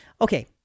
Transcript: Okay